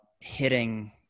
hitting